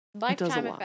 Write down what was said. Lifetime